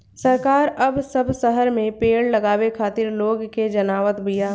सरकार अब सब शहर में पेड़ लगावे खातिर लोग के जगावत बिया